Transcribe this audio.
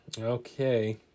Okay